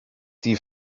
die